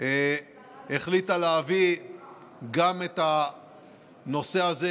החליטה להביא גם את הנושא הזה,